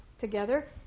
together